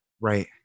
Right